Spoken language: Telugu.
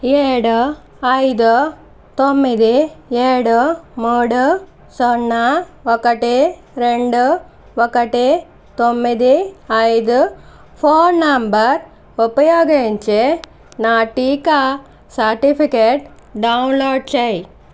ఏడు ఐదు తొమ్మిది ఏడు మూడు సున్నా ఒకటి రెండు ఒకటి తొమ్మిది ఐదు ఫోన్ నంబర్ ఉపయోగించి నా టీకా సర్టిఫికేట్ డౌన్లోడ్ చేయుము